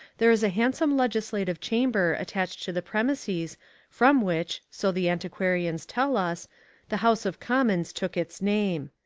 there is a handsome legislative chamber attached to the premises from which so the antiquarians tell us the house of commons took its name.